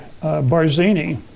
Barzini